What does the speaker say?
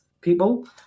people